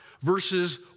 Verses